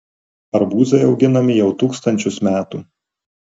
arbūzai auginami jau tūkstančius metų